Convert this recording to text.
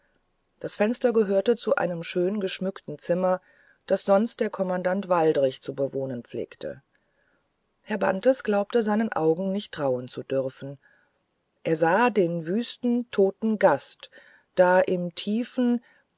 das fenster gehörte zu einem schön geschmückten zimmer das sonst der kommandant waldrich zu bewohnen pflegte herr bantes glaubte seinen augen nicht trauen zu dürfen er sah den wüsten toten gast da im tiefen